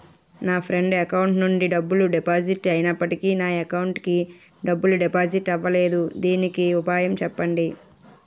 నా friend account నుండి డబ్బు డెబిట్ అయినప్పటికీ నా అకౌంట్ కి డబ్బు డిపాజిట్ అవ్వలేదుదీనికి ఉపాయం ఎంటి?